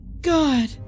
god